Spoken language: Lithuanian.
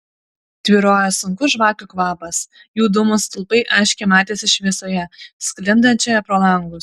tvyrojo sunkus žvakių kvapas jų dūmų stulpai aiškiai matėsi šviesoje sklindančioje pro langus